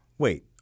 wait